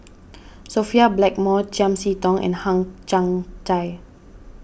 Sophia Blackmore Chiam See Tong and Hang Chang Chieh